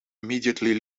immediately